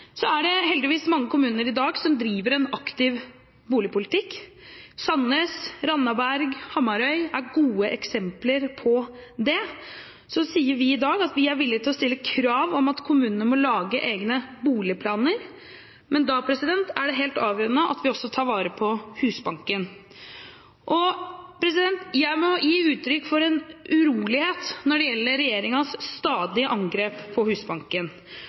Så sier vi i dag at vi er villige til å stille krav om at kommunene må lage egne boligplaner, men da er det helt avgjørende at vi også tar vare på Husbanken. Jeg må gi uttrykk for en urolighet når det gjelder regjeringens stadige angrep på Husbanken.